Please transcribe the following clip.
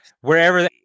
wherever